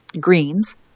greens